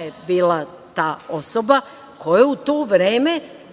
je bila ta osoba koja u to vreme,